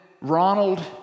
Ronald